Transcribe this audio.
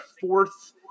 fourth